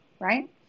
right